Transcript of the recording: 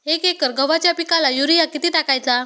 एक एकर गव्हाच्या पिकाला युरिया किती टाकायचा?